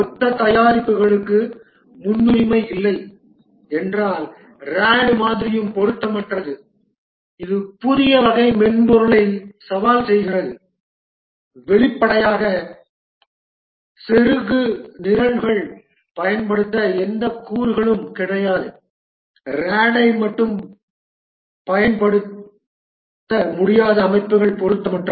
ஒத்த தயாரிப்புகளுக்கு முன்னுரிமை இல்லை என்றால் RAD மாதிரியும் பொருத்தமற்றது இது புதிய வகை மென்பொருளை சவால் செய்கிறது வெளிப்படையாக செருகுநிரல்களாக பயன்படுத்த எந்த கூறுகளும் கிடைக்காது RAD ஐ மட்டுப்படுத்த முடியாத அமைப்புகள் பொருத்தமற்றவை